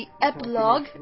epilogue